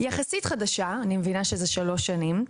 יחסית חדשה, אני מבינה שזה שלוש שנים,